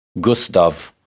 Gustav